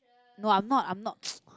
no I'm not I'm not